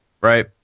Right